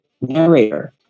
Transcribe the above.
narrator